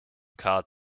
card